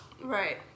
right